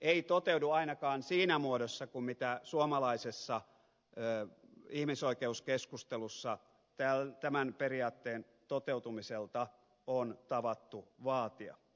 ei toteudu ainakaan siinä muodossa kuin suomalaisessa ihmisoikeuskeskustelussa tämän periaatteen toteutumiselta on tavattu vaatia